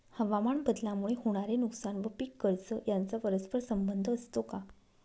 हवामानबदलामुळे होणारे नुकसान व पीक कर्ज यांचा परस्पर संबंध असतो का?